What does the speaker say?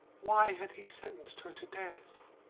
why had he sentenced her to death?